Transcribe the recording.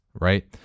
right